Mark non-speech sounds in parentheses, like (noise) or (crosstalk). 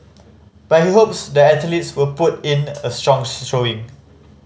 but he hopes the athletes will put in a strong (unintelligible) showing